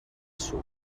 suc